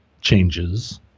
changes